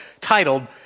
titled